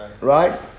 Right